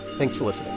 thanks for listening